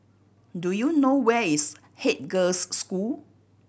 do you know where is Haig Girls' School